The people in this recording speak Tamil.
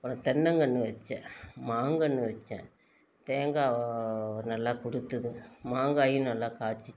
அப்புறம் தென்னங்கன்று வச்சேன் மாங்கன்று வச்சேன் தேங்காய் நல்லா கொடுத்துது மாங்காயும் நல்லா காய்ச்சிச்சி